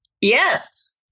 Yes